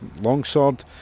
longsword